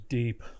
deep